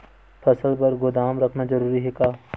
फसल बर गोदाम रखना जरूरी हे का?